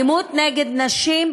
אלימות נגד נשים